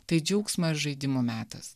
tai džiaugsmo ir žaidimų metas